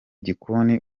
gikoni